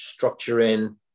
structuring